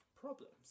problems